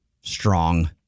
strong